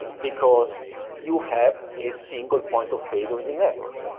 because you have a single point of failure in the network. ah